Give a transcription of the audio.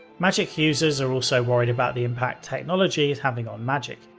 magick users are also worried about the impact technology is having on magick.